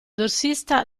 dorsista